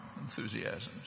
enthusiasms